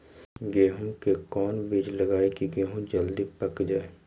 गेंहू के कोन बिज लगाई कि गेहूं जल्दी पक जाए?